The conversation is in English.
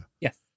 yes